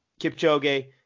Kipchoge